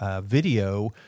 video